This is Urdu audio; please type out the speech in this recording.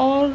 اور